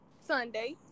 Sunday